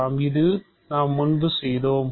இதை நாம் முன்பு செய்தோம்